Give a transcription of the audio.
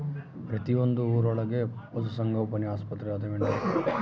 ಪ್ರತಿಯೊಂದು ಊರೊಳಗೆ ಪಶುಸಂಗೋಪನೆ ಆಸ್ಪತ್ರೆ ಅದವೇನ್ರಿ?